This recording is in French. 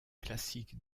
classiques